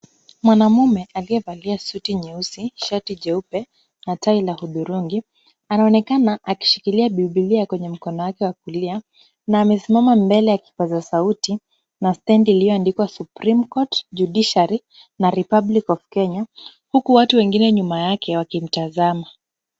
Mwanaume aliyevalia suti nyeusi, shati jeupe na tai la hudhurungi. Anaonekana akishikilia bibilia kwenye mkono wake wa kulia na amesimama mbele ya kipaza sauti na tenti ilioandikwa supreme court judiciary na republic of Kenya huku watu wengine nyuma yake wakimtazama.